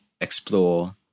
explore